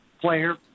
player